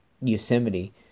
Yosemite